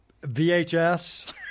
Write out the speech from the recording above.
VHS